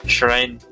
Shrine